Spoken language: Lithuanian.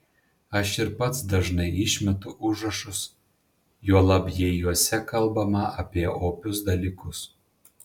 aš ir pats dažnai išmetu užrašus juolab jei juose kalbama apie opius dalykus